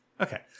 Okay